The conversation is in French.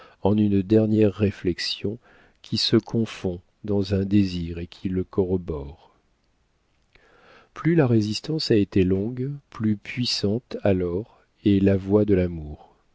en une dernière réflexion qui se confond dans un désir et qui le corrobore plus la résistance a été longue plus puissante alors est la voix de l'amour